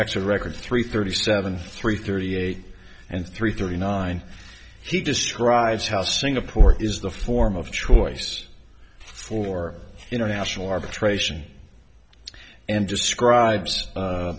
rated three thirty seven three thirty eight and three thirty nine he describes how singapore is the form of choice for international arbitration and just scribes